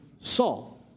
Saul